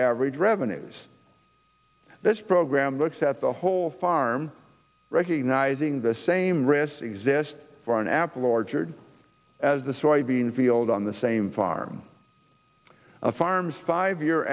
average revenues this program looks at the whole farm recognizing the same resist for an apple orchard as the soybean field on the same farm on farms five y